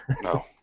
No